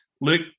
Luke